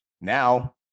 Now